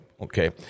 okay